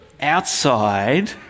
outside